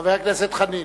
חבר הכנסת חנין.